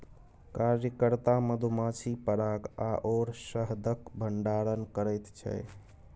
कार्यकर्ता मधुमाछी पराग आओर शहदक भंडारण करैत छै